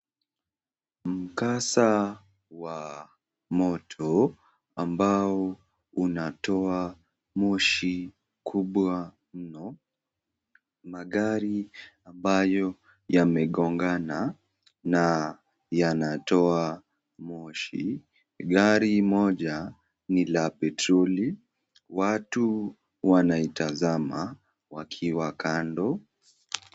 Mkasa, wa moto, ambao, unatoa moshi kubwa mno, magari ambayo yamegongana na yanatoa moshi, gari moja ni la petroli, watu wanaitazama wakiwa kando.